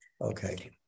Okay